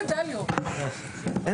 אני